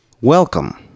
Welcome